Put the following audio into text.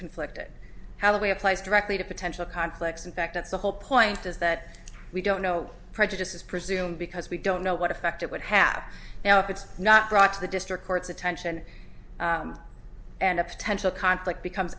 conflicted how the way applies directly to potential conflicts in fact that's the whole point is that we don't know prejudices presume because we don't know what effect it would have now if it's not brought to the district court's attention and a potential conflict becomes